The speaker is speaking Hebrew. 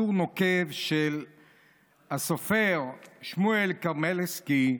טור נוקב של הסופר שמואל קרמרסקי,